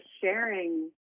sharing